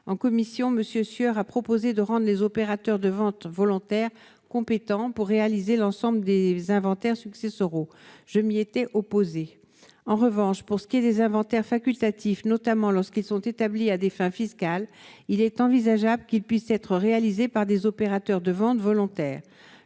en commission monsieur Sueur a proposé de rendent les opérateurs de vente volontaire compétent pour réaliser l'ensemble des inventaires successoraux, je m'y étaient opposé en revanche pour ce qui est des inventaires facultatif, notamment lorsqu'ils sont établis à des fins fiscales il est envisageable qu'il puisse être réalisé par des opérateurs de vente volontaire,